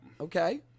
Okay